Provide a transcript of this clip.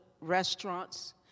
restaurants